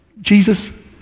Jesus